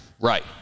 Right